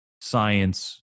science